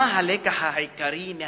מה הלקח העיקרי מההיסטוריה,